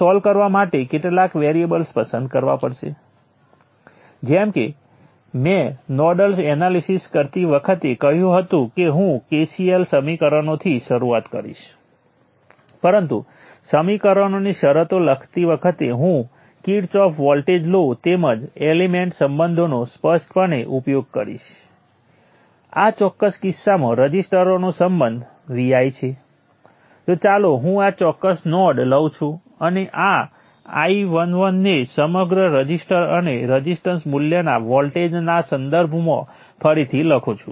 તેથી સારાંશમાં જ્યારે તમે સર્કિટમાં દરેક ઇલેક્ટ્રિકલ વેરિયેબલ માટે ઉકેલ લાવવા માંગતા હો ત્યારે તમે નોડલ એનાલિસિસ માટે G ગુણ્યા V બરાબર I ઈક્વેશનો સેટ કરો છો જ્યાં આ ઈન્ડિપેન્ડેન્ટ સોર્સોનો વેક્ટર છે આ કન્ડકટન્સ મેટ્રિક્સ છે અને આ અનનોન વેક્ટર છે જેમાં નોડ વોલ્ટેજનો સમાવેશ થાય છે